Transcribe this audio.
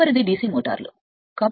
తదుపరిది DC మోటార్లు తత్వశాస్త్రం అదే